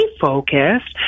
focused